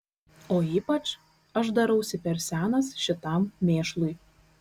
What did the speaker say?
o ypač aš darausi per senas šitam mėšlui